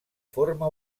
forma